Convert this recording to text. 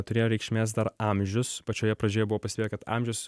turėjo reikšmės dar amžius pačioje pradžioje buvo pastebėta kad amžius